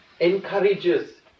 encourages